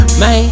man